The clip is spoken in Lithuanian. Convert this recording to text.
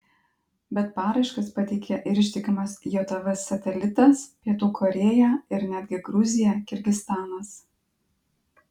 bet paraiškas pateikė ir ištikimas jav satelitas pietų korėja ir netgi gruzija kirgizstanas